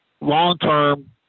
long-term